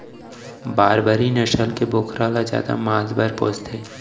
बारबरी नसल के बोकरा ल जादा मांस बर पोसथें